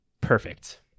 perfect